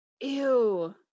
Ew